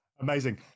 Amazing